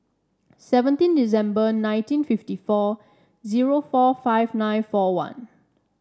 seventeen December nineteen fifty four zero four five eight four one